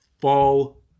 fall